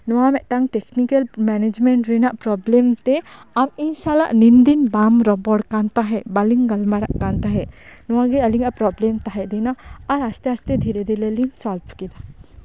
ᱱᱚᱶᱟ ᱢᱤᱫᱴᱟᱝ technical management ᱨᱮᱱᱟᱜ ᱯᱨᱚᱵᱞᱮᱢ ᱛᱮ ᱟᱢ ᱤᱧ ᱥᱟᱞᱟᱜ ᱱᱤᱱ ᱫᱤᱱ ᱵᱟᱢ ᱨᱚᱯᱚᱲ ᱠᱟᱱ ᱛᱟᱦᱮᱸᱫ ᱵᱟᱹᱞᱤᱧ ᱜᱟᱞᱢᱟᱨᱟᱜ ᱠᱟᱱ ᱛᱟᱦᱮᱸᱫ ᱱᱚᱣᱟᱜᱮ ᱟᱹᱞᱤᱧᱟᱜ ᱯᱨᱚᱵᱞᱮᱢ ᱛᱟᱦᱮᱸ ᱞᱮᱱᱟ ᱟᱨ ᱟᱥᱛᱮ ᱟᱥᱛᱮ ᱟᱥᱛᱮ ᱫᱷᱤᱨᱮ ᱫᱷᱤᱨᱮ ᱞᱤᱧ ᱥᱚᱞᱵᱷ ᱠᱮᱫᱟ